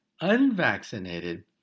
unvaccinated